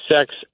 sex